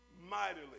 mightily